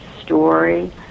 story